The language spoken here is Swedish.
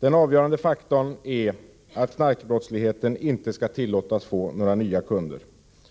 Den avgörande faktorn är att knarkbrottsligheten inte tillåts få några nya kunder.